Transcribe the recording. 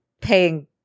paying